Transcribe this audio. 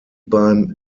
beim